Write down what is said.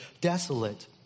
desolate